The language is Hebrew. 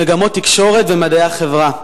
במגמות תקשורת ומדעי החברה.